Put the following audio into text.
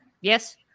Yes